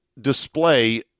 display